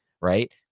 right